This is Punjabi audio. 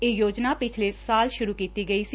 ਇਹ ਯੋਜਨਾ ਪਿਛਲੇ ਸਾਲ ਸੂਰੁ ਕੀਤੀ ਗਈ ਸੀ